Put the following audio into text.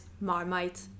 Marmite